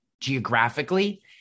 geographically